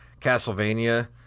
Castlevania